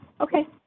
Okay